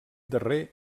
darrer